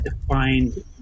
defined